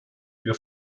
wir